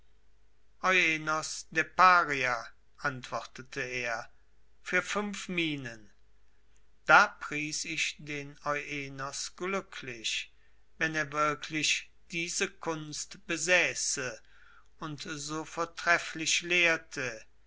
euenos der parier antwortete er für fünf minen da pries ich den euenos glücklich wenn er wirklich diese kunst besäße und so vortrefflich lehrte